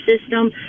system